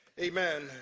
amen